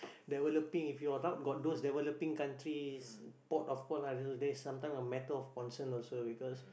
there were the pink if you've got those there were the pink countries port of call then sometimes a matter of concern also because